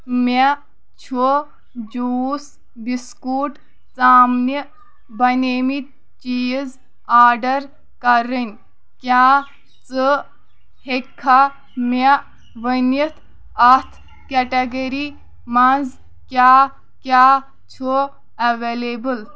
مےٚ چھُ juice biscuit ژامنہِ بنیمِتۍ چیٖز آڈر کرٕنۍ کیٛاہ ژٕ ہٮ۪ککھا مےٚ ؤنِتھ اتھ کیٹگری منٛز کیٛاہ کیٛاہ چھُ اویلیبل